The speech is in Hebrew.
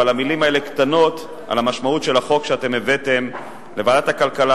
אבל המלים האלה קטנות על המשמעות של החוק שאתם הבאתם לוועדת הכלכלה,